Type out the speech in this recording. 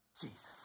Jesus